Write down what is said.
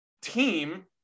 team